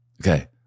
Okay